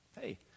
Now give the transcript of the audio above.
Hey